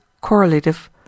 correlative